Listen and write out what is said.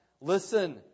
Listen